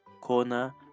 corner